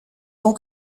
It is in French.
tant